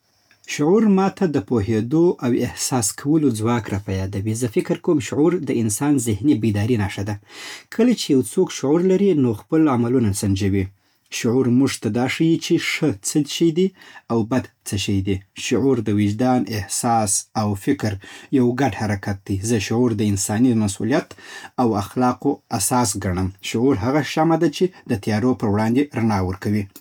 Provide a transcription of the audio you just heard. شعور ماته د پوهېدو او احساس کولو ځواک راپه یادوي. زه فکر کوم شعور د انسان ذهني بیدارۍ نښه ده. کله چې یو څوک شعور لري، نو خپل عملونه سنجوي. شعور موږ ته دا ښيي چې ښه څه شی دی او بد څه شی دی. شعور د وجدان، احساس او فکر یو ګډ حرکت دی. زه شعور د انساني مسؤلیت او اخلاقو اساس ګڼم. شعور هغه شمع ده چې د تیارو پر وړاندې رڼا ورکوي.